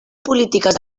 polítiques